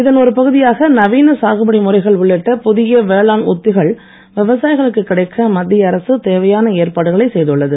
இதன் ஒரு பகுதியாக நவீன சாகுபடி முறைகள் உள்ளிட்ட புதிய வேளாண் உத்திகள் விவசாயிகளுக்கு கிடைக்க மத்திய அரசு தேவையான ஏற்பாடுகளை செய்துள்ளது